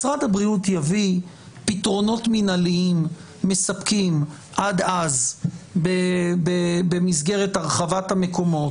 משרד הבריאות יביא פתרונות מינהליים מספקים עד אז במסגרת הרחבת המקומות,